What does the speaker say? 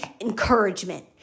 encouragement